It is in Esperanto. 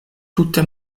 tute